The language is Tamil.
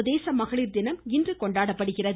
சர்வதேச மகளிர் தினம் இன்று கொண்டாடப்படுகிறது